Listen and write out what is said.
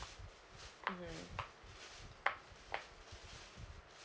mm